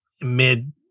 mid